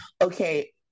Okay